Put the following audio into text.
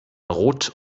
rot